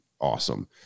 awesome